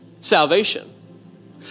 salvation